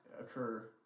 occur